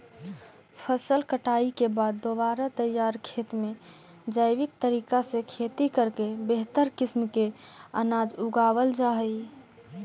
फसल कटाई के बाद दोबारा तैयार खेत में जैविक तरीका से खेती करके बेहतर किस्म के अनाज उगावल जा हइ